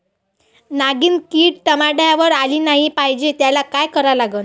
नागिन किड टमाट्यावर आली नाही पाहिजे त्याले काय करा लागन?